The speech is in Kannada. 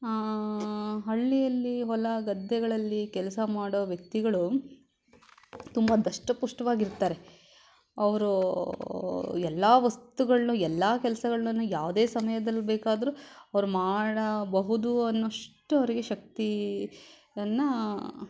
ಹಳ್ಳಿಯಲ್ಲಿ ಹೊಲ ಗದ್ದೆಗಳಲ್ಲಿ ಕೆಲಸ ಮಾಡೋ ವ್ಯಕ್ತಿಗಳು ತುಂಬ ದಷ್ಟಪುಷ್ಟವಾಗಿರ್ತಾರೆ ಅವರು ಎಲ್ಲ ವಸ್ತುಗಳನ್ನು ಎಲ್ಲ ಕೆಲಸಗಳನ್ನು ಯಾವುದೇ ಸಮಯದಲ್ಲೂ ಬೇಕಾದರೂ ಅವರು ಮಾಡಬಹುದು ಅನ್ನೋಷ್ಟು ಅವರಿಗೆ ಶಕ್ತಿಯನ್ನು